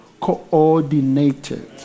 Coordinated